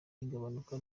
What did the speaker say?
igabanuka